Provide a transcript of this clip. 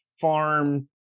farm